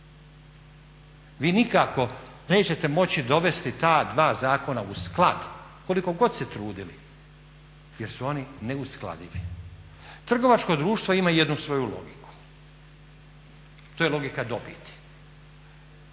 Vi nikako nećete moći dovesti ta dva zakona u sklad koliko god se trudili jer su oni neuskladivi. Trgovačko društvo ima jednu svoju logiku, to je logika dobiti.